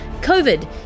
COVID